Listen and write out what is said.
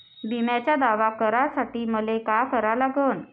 बिम्याचा दावा करा साठी मले का करा लागन?